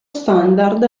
standard